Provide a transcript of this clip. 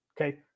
Okay